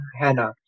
Hannah